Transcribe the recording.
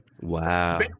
Wow